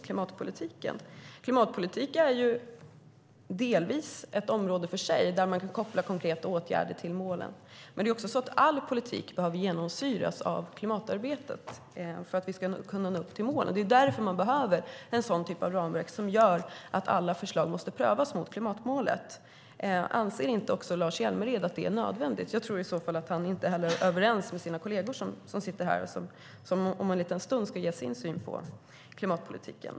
Klimatpolitik är delvis ett område för sig där man kan koppla konkreta åtgärder till målen, men all politik behöver genomsyras av klimatarbetet för att vi ska kunna nå målen. Det är därför vi behöver den typ av ramverk som gör att alla förslag måste prövas mot klimatmålet. Anser inte Lars Hjälmered att det är nödvändigt? I annat fall tror jag att han inte är överens med sina kolleger som sitter här och som om en stund ska ge sin syn på klimatpolitiken.